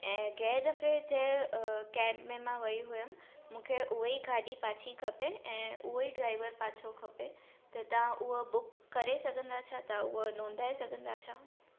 ऐं कंहिं दफ़े चयो कैब में मां वई हुअमि मूंखे उहा ई गाॾी पाछी खपे ऐं उहे ई ड्राइवर पाछो खपे त तव्हां उहा बुक करे सघंदा छा त उहा नुंधाए सघंदा छा